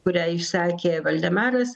kurią išsakė valdemaras